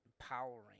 empowering